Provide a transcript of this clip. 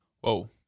Whoa